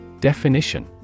Definition